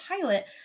pilot